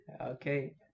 okay